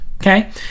Okay